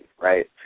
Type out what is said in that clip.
right